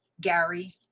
Gary